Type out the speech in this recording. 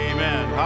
Amen